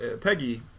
Peggy